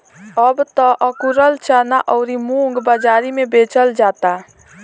अब त अकुरल चना अउरी मुंग बाजारी में बेचल जाता